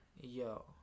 Yo